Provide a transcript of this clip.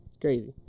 crazy